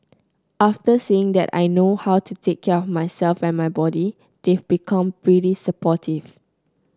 after seeing that I know how to take care of myself and my body they've become pretty supportive